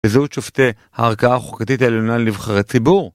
בזהות שופטי הערכאה החוקתית העליונה לנבחרי ציבור.